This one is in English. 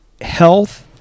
health